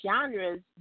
genres